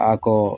ᱟᱠᱚ